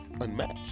unmatched